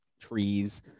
Trees